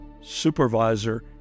supervisor